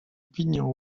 pignon